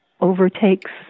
overtakes